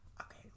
Okay